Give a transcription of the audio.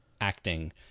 acting